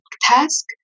task